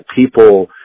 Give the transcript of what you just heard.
people